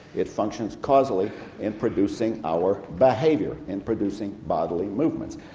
it functions causally in producing our behaviour, in producing bodily movements.